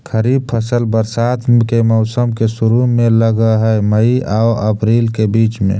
खरीफ फसल बरसात के मौसम के शुरु में लग हे, मई आऊ अपरील के बीच में